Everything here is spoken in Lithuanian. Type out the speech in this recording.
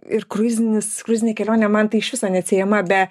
ir kruizinis kruizinė kelionė man tai iš viso neatsiejama be